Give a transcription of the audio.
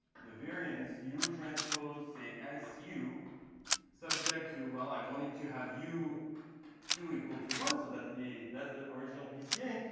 the variance u transpose, say, su subject to well, i wanted to have u two equal to one. so that's the that's the original pca.